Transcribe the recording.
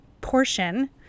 portion